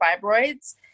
fibroids